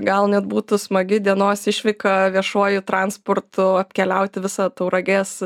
gal net būtų smagi dienos išvyka viešuoju transportu apkeliauti visą tauragės